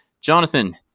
Jonathan